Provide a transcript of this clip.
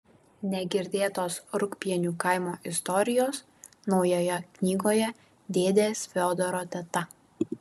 negirdėtos rūgpienių kaimo istorijos naujoje knygoje dėdės fiodoro teta